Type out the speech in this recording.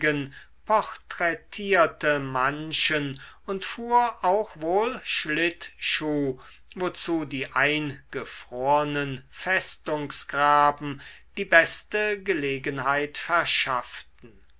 porträtierte manchen und fuhr auch wohl schlittschuh wozu die eingefrornen festungsgraben die beste gelegenheit verschafften